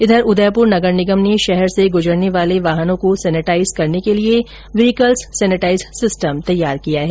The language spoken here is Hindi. इधर उदयपुर नगर निगम ने शहर से गूजरने वाले वाहनों को सैनेटाइज्ड करने के लिए व्हीकल्स सैनेटाइज सिस्टम तैयार किया है